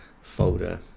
folder